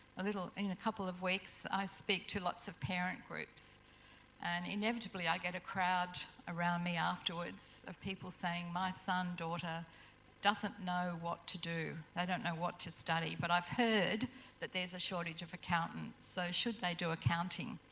ah i mean a couple of weeks i speak to lots of parent groups and inevitably i get a crowd around me afterwards of people saying my son, daughter doesn't know what to do, they don't know what to study but i've heard that there's a shortage of accountants. so, should they do accounting?